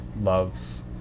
loves